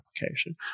application